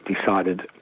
Decided